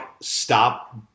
stop